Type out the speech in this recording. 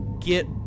get